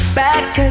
back